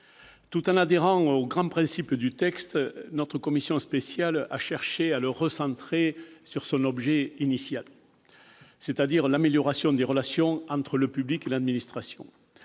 tout en adhérant aux grands principes du texte, la commission spéciale a cherché à le recentrer sur son objet initial- c'est-à-dire sur l'amélioration des relations entre le public et l'administration